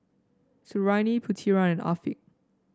Suriani Putera and Afiq